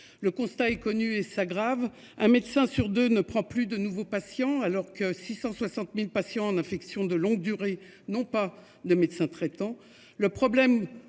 Le constat est connu et s'aggrave un médecin sur 2 ne prend plus de nouveaux patients alors que 660.000 patients en affection de longue durée n'ont pas de médecin traitant